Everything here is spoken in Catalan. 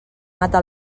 mata